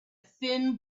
thin